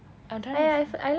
I'm tryna